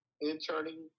interning